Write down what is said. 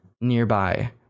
nearby